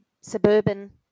suburban